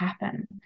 happen